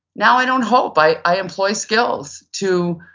now i don't hope, i i employ skills to,